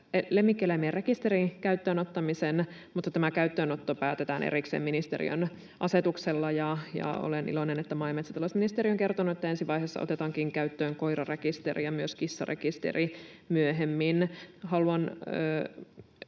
lemmikkieläimien rekisterin käyttöönottamisen, mutta tämä käyttöönotto päätetään erikseen ministeriön asetuksella, ja olen iloinen, että maa- ja metsätalousministeriö on kertonut, että ensivaiheessa otetaankin käyttöön koirarekisteri ja myös kissarekisteri myöhemmin. Haluan